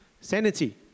Sanity